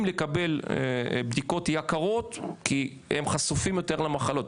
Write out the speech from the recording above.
לקבל בדיקות יקרות כי הם חשופים יותר למחלות,